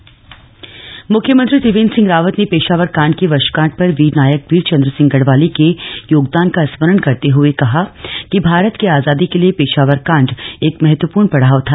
पेशावर कांड मुख्यमंत्री त्रिवेन्द्र सिंह रावत ने पेशावर कांड की वर्षगांठ पर वीर नायक वीर चन्द्र सिंह गढ़वाली के योगदान का स्मरण करते हुए कहा कि भारत की आजादी के लिए पेशावर कांड एक महत्वपूर्ण पडाव था